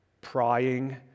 prying